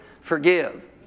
Forgive